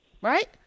Right